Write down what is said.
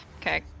Okay